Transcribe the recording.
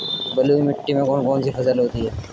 बलुई मिट्टी में कौन कौन सी फसल होती हैं?